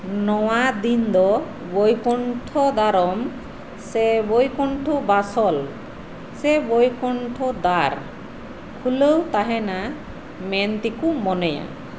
ᱱᱚᱶᱟ ᱫᱤᱱ ᱫᱚ ᱵᱚᱭᱠᱩᱱᱴᱷᱚ ᱫᱟᱨᱚᱢ ᱥᱮ ᱵᱚᱭᱠᱩᱱᱴᱷᱚ ᱵᱟᱥᱚᱞ ᱥᱮ ᱵᱚᱭᱠᱩᱱᱴᱷᱚ ᱫᱟᱨ ᱠᱷᱩᱞᱟᱹᱣ ᱛᱟᱦᱮᱸᱱᱟ ᱢᱮᱱᱛᱮᱠᱚ ᱢᱚᱱᱮᱭᱟ